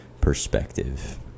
perspective